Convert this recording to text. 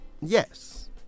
Yes